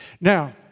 Now